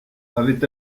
avait